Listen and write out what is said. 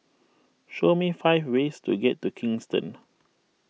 show me five ways to get to Kingston